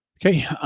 okay.